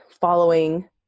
following